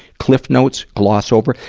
cliff notes, gloss over?